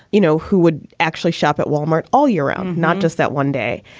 you know, who would actually shop at wal-mart all year round. not just that one day.